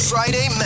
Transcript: Friday